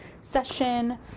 session